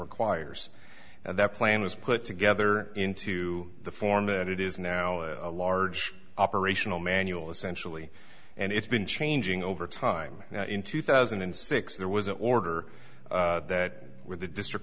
requires and that plan was put together into the form that it is now a large operational manual essentially and it's been changing over time now in two thousand and six there was an order that with the district